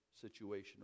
situation